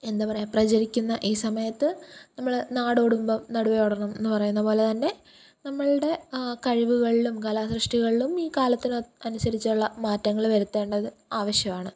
എന്താ പറയുക പ്രചരിക്കുന്ന ഈ സമയത്ത് നമ്മൾ നാടോടുമ്പം നടുവേ ഓടണം എന്നു പറയുന്നതു പോലെ തന്നെ നമ്മളുടെ കഴിവുകളും കലാസൃഷ്ടികളിലും ഈ കാലത്തിനൊത്ത് അനുസരിച്ചുള്ള മാറ്റങ്ങൾ വരുത്തേണ്ടത് ആവശ്യമാണ്